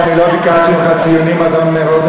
אני לא ביקשתי ממך ציונים, אדון רוזנטל.